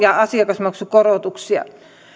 ja asiakasmaksukorotuksia